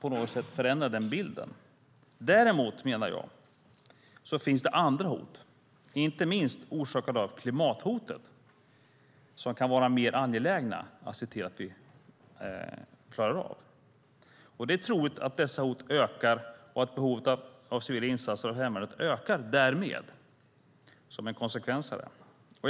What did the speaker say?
Däremot, menar jag, finns andra hot, inte minst orsakade av klimathotet, som kan vara mer angelägna att klara av. Det är troligt att dessa hot ökar och att behovet av civila insatser av hemvärnet som en konsekvens av detta ökar.